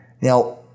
Now